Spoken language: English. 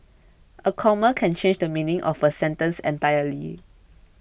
a comma can change the meaning of a sentence entirely